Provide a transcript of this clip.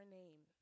name